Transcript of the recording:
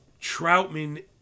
Troutman